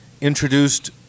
introduced